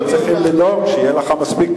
היו צריכים לדאוג שיהיו לך מספיק